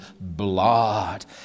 blood